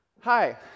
Hi